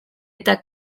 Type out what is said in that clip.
eta